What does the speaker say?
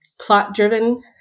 plot-driven